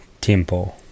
Tempo